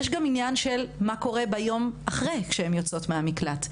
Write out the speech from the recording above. יש עניין של מה קורה ביום שאחרי שהן יוצאות מהמקלט?